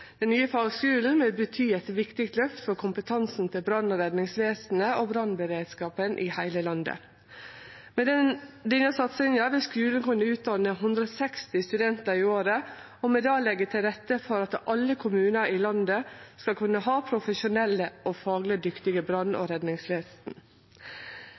Den nye fagskulen vil bety eit viktig løft for kompetansen til brann- og redningsvesenet og brannberedskapen i heile landet. Med denne satsinga vil skulen kunne utdanne 160 studentar i året og med det leggje til rette for at alle kommunar i landet skal kunne ha profesjonelle og fagleg dyktige brann-